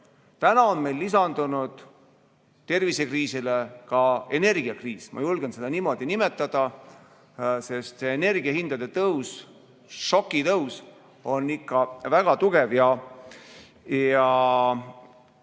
Täna on meil lisandunud tervisekriisile ka energiakriis. Ma julgen seda niimoodi nimetada, sest energiahindade tõus on ikka väga suur.